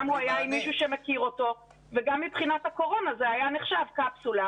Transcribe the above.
גם הוא היה עם מישהו שמכיר אותו וגם מבחינת הקורונה זה היה נחשב קפסולה,